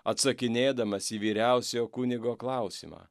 atsakinėdamas į vyriausiojo kunigo klausimą